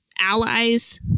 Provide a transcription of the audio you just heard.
allies